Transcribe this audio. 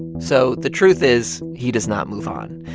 and so the truth is, he does not move on.